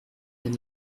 bien